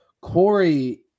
Corey